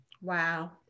wow